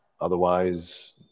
Otherwise